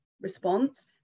response